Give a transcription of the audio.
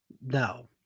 No